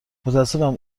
متاسفم